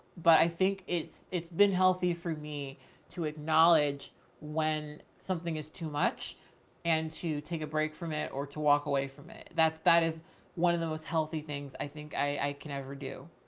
but i think it's, it's been healthy for me to acknowledge when something is too much and to take a break from it or to walk away from it. that's that is one of the most healthy things i think i can ever do.